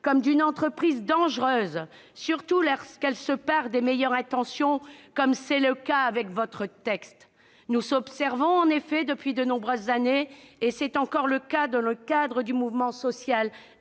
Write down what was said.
et d'une entreprise dangereuse, surtout lorsqu'elle se pare des meilleures intentions, comme c'est le cas avec votre texte. Nous observons en effet depuis de nombreuses années, et encore dans le cadre du mouvement social